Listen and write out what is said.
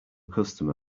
customer